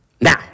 Now